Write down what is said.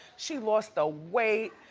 she lost the weight,